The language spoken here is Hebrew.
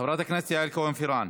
חברת הכנסת יעל כהן-פארן.